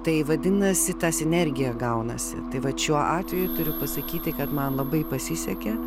tai vadinasi ta sinergija gaunasi tai vat šiuo atveju turiu pasakyti kad man labai pasisekė